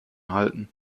halten